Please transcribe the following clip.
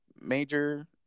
major